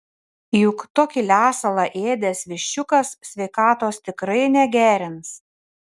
juk tokį lesalą ėdęs viščiukas sveikatos tikrai negerins